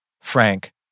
Frank